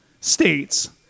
states